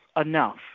enough